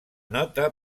nota